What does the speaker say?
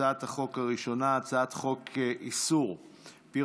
הצעת החוק הראשונה היא הצעת חוק איסור פרסומת